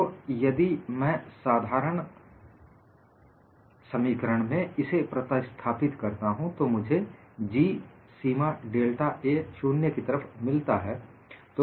तो यदि मैं साधारण समीकरण में इसे प्रतिस्थापित करता हूं तो मुझे G सीमा डेल्टा A 0 की तरफ मिलता है